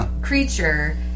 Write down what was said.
creature